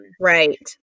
Right